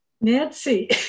Nancy